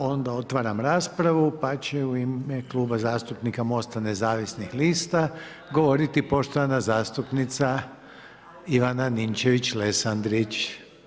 Onda otvaram raspravu, pa će u ime Kluba zastupnika MOST-a nezavisnih lista govoriti poštovana zastupnica Ivana Ninčević-Lesandrić.